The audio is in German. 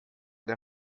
der